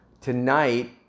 Tonight